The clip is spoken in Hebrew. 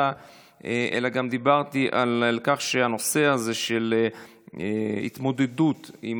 אלא גם דיברתי על כך שהנושא הזה של התמודדות עם